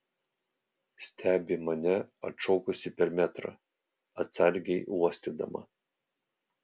stebi mane atšokusi per metrą atsargiai uostydama